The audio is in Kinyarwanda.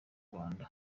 rwanda